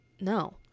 no